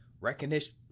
recognition